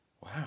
Wow